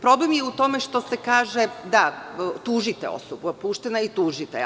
Problem je u tome što se kaže tužite osobu, puštena je i tužite je.